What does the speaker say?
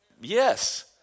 Yes